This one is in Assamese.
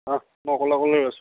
মই অকলে অকলে ৰৈ আছো